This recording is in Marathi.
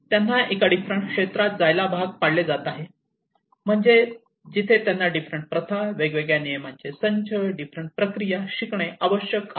कारण त्यांना एका डिफरंट क्षेत्रात जायला भाग पाडले जात आहे म्हणजे ते जिथे त्यांना डिफरंट प्रथा वेगवेगळ्या नियमांचे संच डिफरंट प्रक्रिया शिकणे आवश्यक आहे